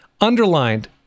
Underlined